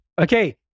Okay